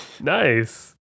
Nice